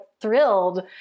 thrilled